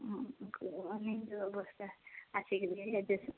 କୁହନି ଯେଉଁ ଅବସ୍ଥା ଆସିକିରି